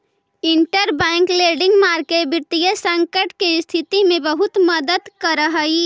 interbank lending market वित्तीय संकट के स्थिति में बहुत मदद करऽ हइ